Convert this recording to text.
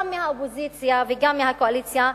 גם מהאופוזיציה וגם מהקואליציה,